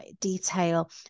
detail